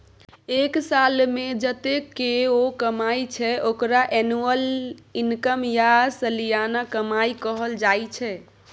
एक सालमे जतेक केओ कमाइ छै ओकरा एनुअल इनकम या सलियाना कमाई कहल जाइ छै